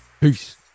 Peace